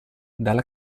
dalla